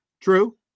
True